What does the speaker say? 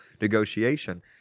negotiation